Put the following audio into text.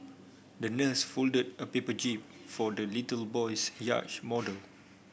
the nurse folded a paper jib for the little boy's yacht model